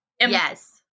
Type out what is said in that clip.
Yes